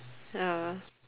ya